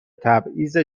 تبعیض